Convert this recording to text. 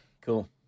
Cool